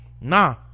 nah